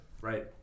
Right